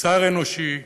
מוסר אנושי,